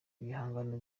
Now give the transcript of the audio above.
ibihangano